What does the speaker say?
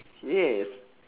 yes